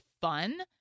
fun